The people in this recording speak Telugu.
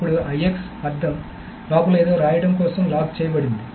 అప్పుడు IX అర్థం లోపల ఏదో రాయడం కోసం లాక్ చేయబడింది